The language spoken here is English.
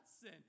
sin